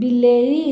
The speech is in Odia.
ବିଲେଇ